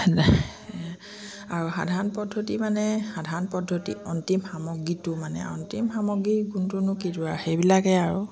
আৰু সাধাৰণ পদ্ধতি মানে সাধাৰণ পদ্ধতি অন্তিম সামগ্ৰীটো মানে অন্তিম সামগ্ৰী গুণটোনো কিটো আৰু সেইবিলাকেই আৰু